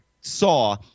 saw